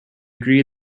agree